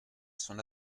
son